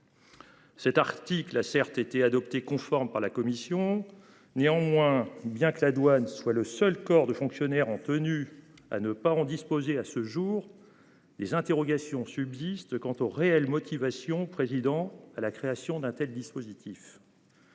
Cet article a certes été adopté conforme par la commission. Néanmoins, bien que la douane soit le seul corps de fonctionnaires en tenue à ne pas en disposer à ce jour les interrogations subsistent quant aux réelles motivations président à la création d'un tel dispositif.